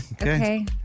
okay